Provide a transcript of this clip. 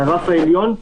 הרף העליון,